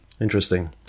Interesting